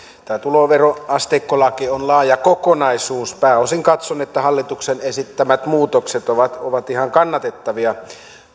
tämä tuloveroasteikkolaki on laaja kokonaisuus pääosin katson että hallituksen esittämät muutokset ovat ovat ihan kannatettavia